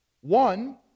One